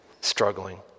struggling